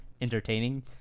entertaining